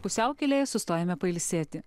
pusiaukelėje sustojame pailsėti